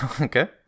okay